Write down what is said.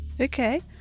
Okay